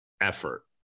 effort